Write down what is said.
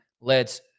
lets